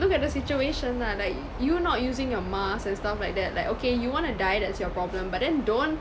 look at the situation lah like you not using your mask and stuff like that like okay you want to die that's your problem but then don't